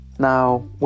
Now